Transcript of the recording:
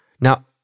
Now